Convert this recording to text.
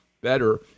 better